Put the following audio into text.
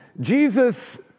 Jesus